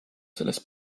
sellest